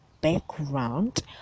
background